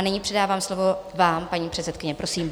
Nyní předávám slovo vám, paní předsedkyně, Prosím.